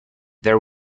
their